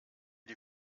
die